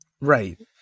Right